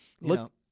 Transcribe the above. look